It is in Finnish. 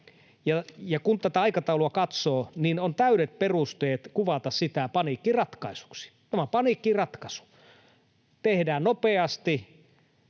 kun tätä aikataulua katsoo, niin on täydet perusteet kuvata sitä paniikkiratkaisuksi. Tämä on paniikkiratkaisu — tehdään nopeasti